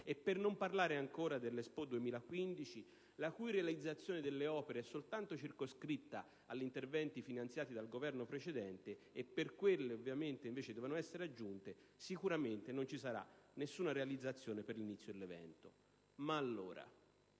alpini e, ancora, dell'Expo 2015, la cui realizzazione delle opere è soltanto circoscritta agli interventi finanziati dal Governo precedente, mentre per quelle che dovevano essere aggiunte sicuramente non ci sarà nessuna realizzazione per l'inizio dell'evento. Ma allora